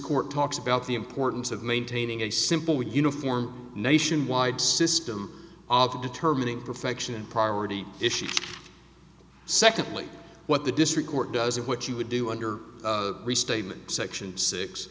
court talks about the importance of maintaining a simple uniform nationwide system of determining perfection and priority issues secondly what the district court does or what you would do under restatement section six